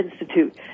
institute